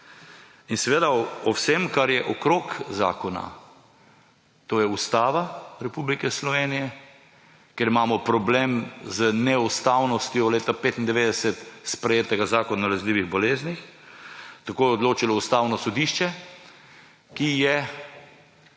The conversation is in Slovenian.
in o vsem, kar je okrog zakona. To je Ustava Republike Slovenije, ker imamo problem z neustavnostjo leta 1995 sprejetega zakona o nalezljivih boleznih. Tako je odločilo Ustavno sodišče, ki je